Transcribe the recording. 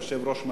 אני יושב-ראש,